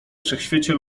wszechświecie